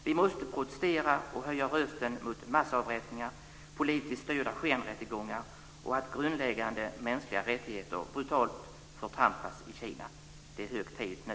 Vi måste protestera och höja rösten mot massavrättningar, politiskt styrda skenrättegångar och att grundläggande mänskliga rättigheter brutalt förtrampas i Kina. Det är hög tid nu.